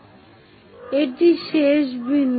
সুতরাংএটি শেষ বিন্দু